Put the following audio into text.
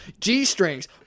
G-strings